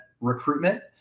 recruitment